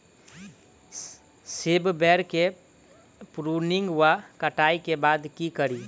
सेब बेर केँ प्रूनिंग वा कटाई केँ बाद की करि?